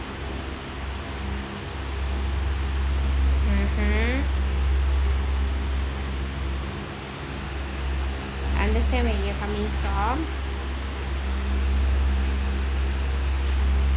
mmhmm understand where you coming from